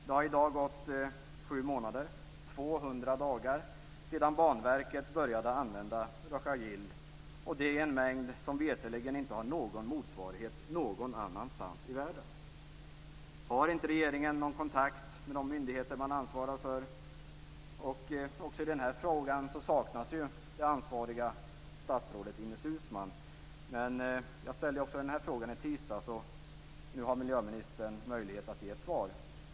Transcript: Det har i dag gått sju månader, 200 dagar, sedan Banverket började använda Rhoca-Gil och det i en mängd som mig veterligen inte har någon motsvarighet någon annanstans i världen. Har inte regeringen någon kontakt med de myndigheter den ansvarar för? Även i denna fråga saknas det ansvariga statsrådet, Ines Uusmann. Jag ställde också denna fråga i tisdags. Nu har miljöministern möjlighet att ge ett svar.